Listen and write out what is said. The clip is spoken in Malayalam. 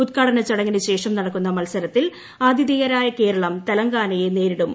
ഉദ്ഘാടനച്ചടങ്ങിനു ശേഷം നടക്കുന്ന മത്സരത്തിൽ ആതിഥേയരായ കേരളം തെലങ്കാനയെ നേരിടും